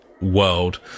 world